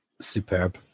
Superb